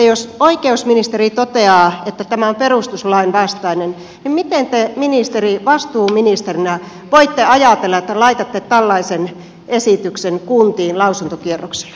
jos oikeusministeri toteaa että tämä on perustuslain vastainen niin miten te ministeri vastuuministerinä voitte ajatella että laitatte tällaisen esityksen kuntiin lausuntokierrokselle